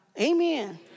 Amen